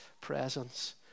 presence